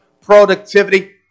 productivity